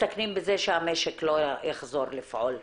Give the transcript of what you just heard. מסתכנים בזה שהמשק לא יחזור לפעול.